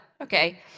Okay